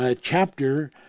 chapter